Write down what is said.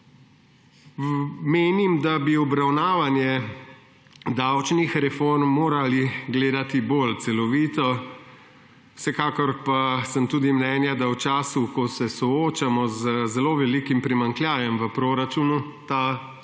Menim, da bi obravnavanje davčnih reform morali gledati bolj celovito, vsekakor pa sem tudi mnenja, da v času, ko se soočamo z zelo velikim primanjkljajem v proračunu, ta danes